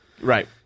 Right